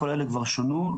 כל אלה כבר שונו,